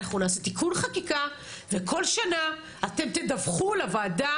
אנחנו נעשה תיקון חקיקה וכל שנה אתם תדווחו לוועדה,